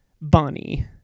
bonnie